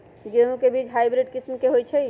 गेंहू के बीज हाइब्रिड किस्म के होई छई?